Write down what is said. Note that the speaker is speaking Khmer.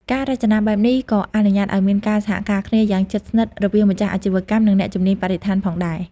ការរចនាបែបនេះក៏អនុញ្ញាតឱ្យមានការសហការគ្នាយ៉ាងជិតស្និទ្ធរវាងម្ចាស់អាជីវកម្ម និងអ្នកជំនាញបរិស្ថានផងដែរ។